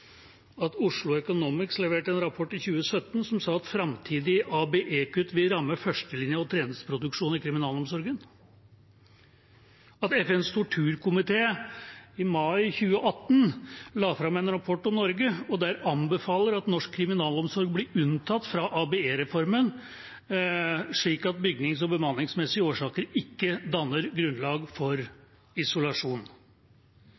at Oslo Economics leverte en rapport i 2017 hvor det sto at framtidige ABE-kutt ville ramme førstelinja og tjenesteproduksjonen i kriminalomsorgen, og at FNs torturkomité i mai 2018 la fram en rapport om Norge og der anbefalte at norsk kriminalomsorg må bli unntatt fra ABE-reformen, slik at bygnings- og bemanningsmessige årsaker ikke danner grunnlag